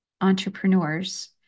entrepreneurs